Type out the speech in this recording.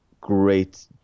great